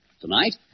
Tonight